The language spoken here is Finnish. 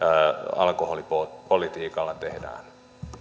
alkoholipolitiikalla tehdään